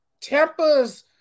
Tampa's